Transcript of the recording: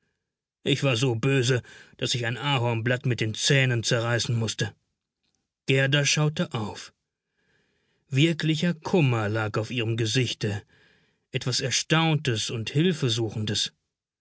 ich war so böse daß ich ein ahornblatt mit den zähnen zerreißen mußte gerda schaute auf wirklicher kummer lag auf ihrem gesichte etwas erstauntes und hilfesuchendes